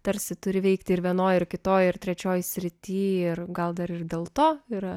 tarsi turi veikti ir vienoje ir kitoje ir trečioji sritis ir gal dar ir dėl to yra